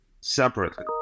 separately